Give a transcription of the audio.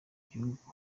gihugu